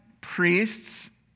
priests